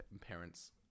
parents